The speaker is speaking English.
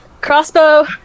Crossbow